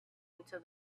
into